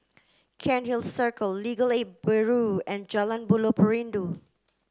Cairnhill Circle Legal Aid Bureau and Jalan Buloh Perindu